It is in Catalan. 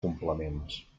complements